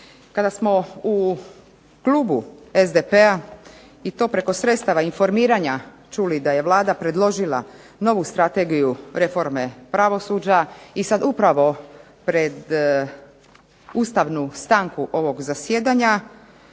Kada smo u klubu SDP-a i to preko sredstava informiranja čuli da je Vlada predložila novu Strategiju reforme pravosuđa i sad upravo pred ustavnu stanku ovog zasjedanja